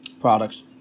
products